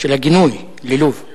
של הגינוי ללוב.